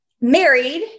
married